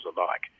alike